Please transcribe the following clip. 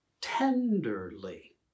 tenderly